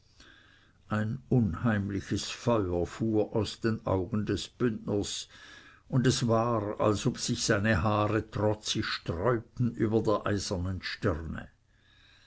ein unheimliches feuer fuhr aus den augen des bündners und es war als ob sich seine haare trotzig sträubten über der eisernen stirne